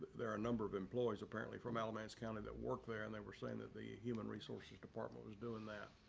there are a number of employees apparently from alamance county that work there and they were saying that the human resources department was doing that.